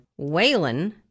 Waylon